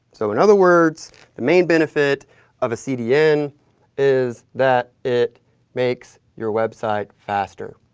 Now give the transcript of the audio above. so, in other words the main benefit of a cdn is that it makes your website faster.